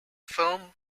film